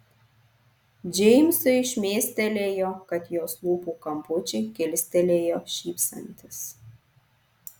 džeimsui šmėstelėjo kad jos lūpų kampučiai kilstelėjo šypsantis